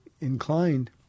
inclined